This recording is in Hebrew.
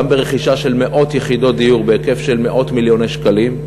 גם ברכישה של מאות יחידות דיור בהיקף של מאות מיליוני שקלים,